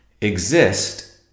exist